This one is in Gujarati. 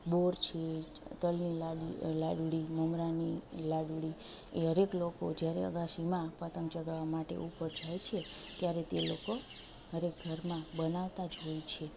બોર છે તલની લાડી લાડુળી મમરાની લાડુળી એ હરએક લોકો જ્યારે અગાસીમાં પતંગ ચગાવવા માટે ઉપર જાય છે ત્યારે તે લોકો હરએક ઘરમાં બનાવતા જ હોય છે